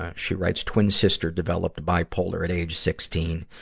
ah she writes, twin sister developed bipolar at age sixteen.